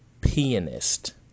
pianist